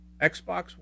Xbox